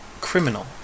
criminal